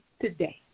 today